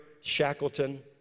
Shackleton